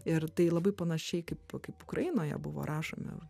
ir tai labai panašiai kaip kaip ukrainoje buvo rašomi